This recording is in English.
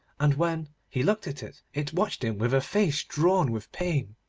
and, when he looked at it, it watched him with a face drawn with pain.